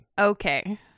Okay